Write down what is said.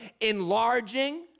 enlarging